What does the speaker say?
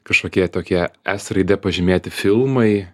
kažkokie tokie s raide pažymėti filmai